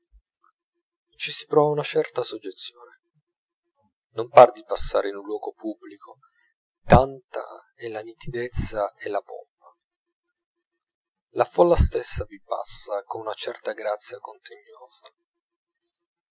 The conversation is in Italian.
ci si prova una certa soggezione non par di passare in un luogo pubblico tanta è la nitidezza e la pompa la folla stessa vi passa con una certa grazia contegnosa come